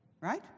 Right